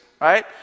right